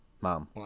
Mom